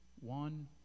One